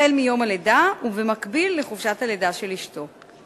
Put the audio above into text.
מיום הלידה, ובמקביל לחופשת הלידה של אשתו.